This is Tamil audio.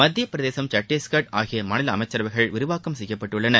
மத்தியப்பிரதேசம் சத்தீஸ்கர் ஆகிய மாநில அமைச்சரவைகள் விரிவாக்கம் செய்யப்பட்டுள்ளன